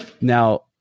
Now